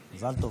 מזל טוב.